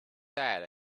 sad